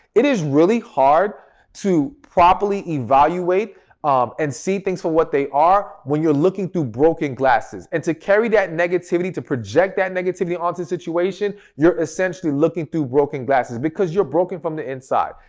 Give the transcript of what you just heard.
it is really hard to properly evaluate um and see things for what they are when you're looking through broken glasses. and to carry that negativity to project that negativity onto the situation, you're essentially looking through broken glasses because you're broken from the inside.